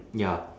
ya